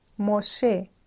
Moshe